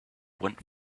went